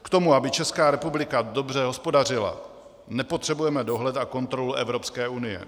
K tomu, aby Česká republika dobře hospodařila, nepotřebujeme dohled a kontrolu Evropské unie.